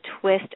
twist